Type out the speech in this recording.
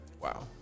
Wow